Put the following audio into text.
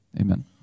Amen